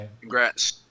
Congrats